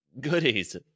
goodies